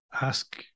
ask